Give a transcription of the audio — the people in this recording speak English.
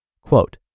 Quote